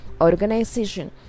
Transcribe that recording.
organization